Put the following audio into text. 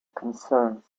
concerns